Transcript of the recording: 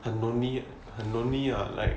很 lonely 很 lonely ya like